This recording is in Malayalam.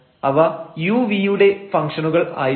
അവ uv യുടെ ഫംഗ്ഷനുകൾ ആയിരിക്കും